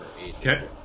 Okay